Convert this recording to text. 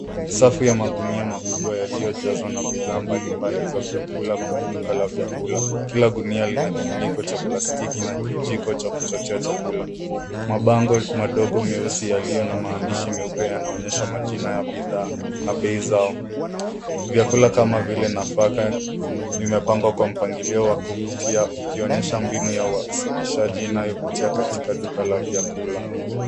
Safu ya magunia makubwa yaliyojazwa na bidhaa mbalimbali za vyakula kwenye duka la vyakula. Kila gunia lina kifuniko cha plastiki na kijiko cha kuchotea chakula. Mabango madogo meusi yaliyo na maandishi meupe, yanaonyesha majina ya bidhaa na bei zao. Vyakula kama vile, nafaka vimepangwa kwa mpangilio wa kuvutia, ukionyesha mbinu ya uwasilishaji unaovutia katika duka la vyakula.